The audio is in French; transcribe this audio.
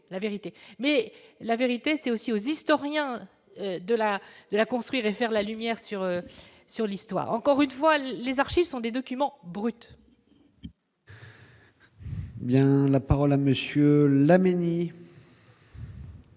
mais la vérité c'est aussi aux historiens de la de la construire et faire la lumière sur sur l'histoire, encore une fois l'les archives sont des documents bruts. Bien la parole à monsieur Laménie.